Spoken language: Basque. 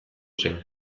zen